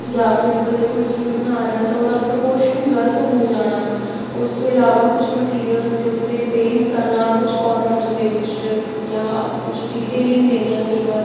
ਜਾਂ ਫਿਰ ਕਦੇ ਕੋਈ ਚੀਜ਼ ਬਣਾ ਰਹੇ ਆ ਤਾਂ ਉਹਦਾ ਪ੍ਰਪੋਸ਼ਨ ਗਲਤ ਹੋ ਜਾਣਾ ਉਸ ਤੋਂ ਇਲਾਵਾ ਕੁਛ ਮਟੀਰੀਅਲਜ਼ ਦੇ ਉੱਤੇ ਪੇਂਟ ਕਰਨਾ ਕੁਛ ਕੋਰਨਰਸ ਦੇ ਵਿੱਚ ਜਾਂ ਕੁਛ ਡੀਟੇਲਿੰਗ ਦੇਣੀਆਂ ਕਈ ਵਾਰ